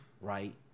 right